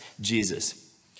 Jesus